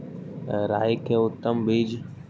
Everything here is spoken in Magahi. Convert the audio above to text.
राई के उतम बिज?